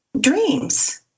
dreams